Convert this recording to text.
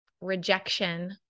rejection